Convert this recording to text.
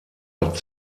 hat